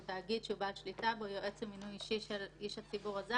אם לא אדע להיות יעיל ולתפעל דברים בצורה דיגיטלית